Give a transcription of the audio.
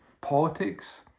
politics